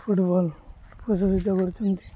football ପ୍ରଶାସିତ କରୁଛନ୍ତି